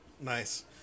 nice